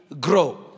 grow